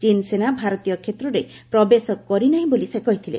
ଚୀନ ସେନା ଭାରତୀୟ କ୍ଷେତ୍ରରେ ପ୍ରବେଶ କରିନାହିଁ ବୋଲି ସେ କହିଥିଲେ